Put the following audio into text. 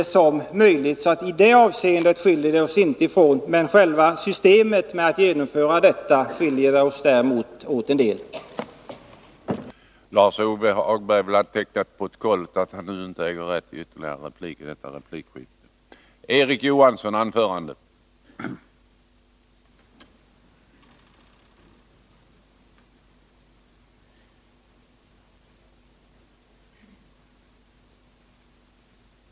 I det avseendet är det inget som skiljer oss åt, men när det gäller systemet för genomförandet är det däremot en del som skiljer oss åt.